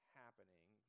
happening